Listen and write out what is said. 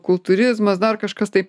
kultūrizmas dar kažkas tai